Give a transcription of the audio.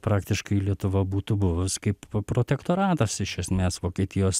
praktiškai lietuva būtų buvus kaip protektoratas iš esmės vokietijos